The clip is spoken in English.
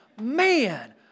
Man